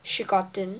she got in